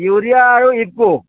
urea ଆରୁ UCO